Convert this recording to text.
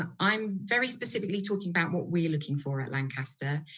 um i'm very specifically talking about what we're looking for at lancaster.